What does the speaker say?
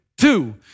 Two